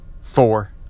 four